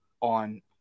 on